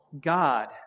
God